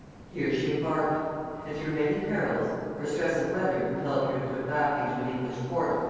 here she embarked and through many perils for stress of weather compelled her to put back into an english port,